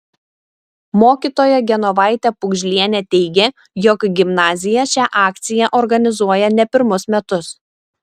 mokytoja genovaitė pugžlienė teigė jog gimnazija šią akciją organizuoja ne pirmus metus